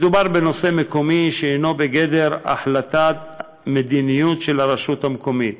מדובר בנושא מקומי שהוא בגדר החלטת מדיניות של הרשות המקומית.